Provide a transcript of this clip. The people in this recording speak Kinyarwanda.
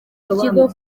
ikigo